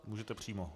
Můžete přímo.